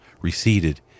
receded